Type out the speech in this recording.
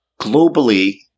globally